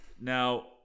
now